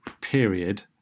period